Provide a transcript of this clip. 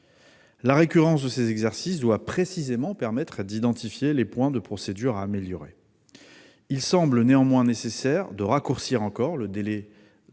La récurrence de ces exercices doit précisément permettre d'identifier les points de procédure à améliorer. Il semble néanmoins nécessaire de raccourcir encore le délai